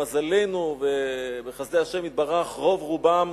למזלנו ובחסדי השם יתברך רוב רובם